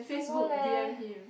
don't know leh